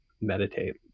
meditate